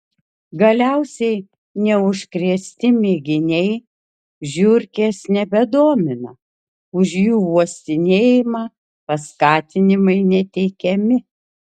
galiausiai neužkrėsti mėginiai žiurkės nebedomina už jų uostinėjimą paskatinimai neteikiami